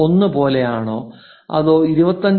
01 പോലെയാണോ അതോ 25